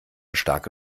starke